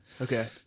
Okay